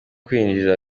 kwinjira